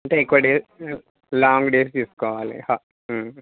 అంటే ఎక్కువ days long days తీసుకోవాలి హా